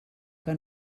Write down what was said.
que